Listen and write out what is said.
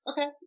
Okay